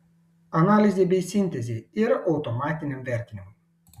analizei bei sintezei ir automatiniam vertimui